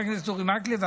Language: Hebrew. חבר הכנסת אורי מקלב,